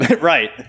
Right